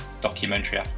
documentary